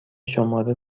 شماره